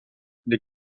les